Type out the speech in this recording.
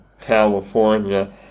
California